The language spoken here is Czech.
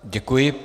Děkuji.